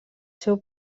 seu